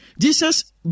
Jesus